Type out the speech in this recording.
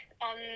on